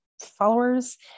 followers